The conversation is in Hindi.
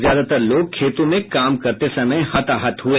ज्यादातर लोग खेतों में काम करते समय हताहत हुए